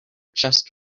chest